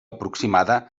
aproximada